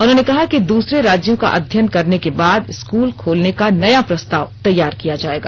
उन्होंने कहा कि दूसरे राज्यों का अध्ययन करने के बाद स्कूल खोलने का नया प्रस्ताव तैयार किया जाएगा